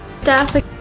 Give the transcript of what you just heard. staff